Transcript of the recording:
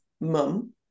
mum